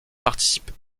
participe